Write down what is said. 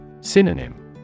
Synonym